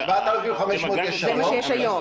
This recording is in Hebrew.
7,500 יש היום.